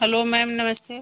hello ma'am नमस्ते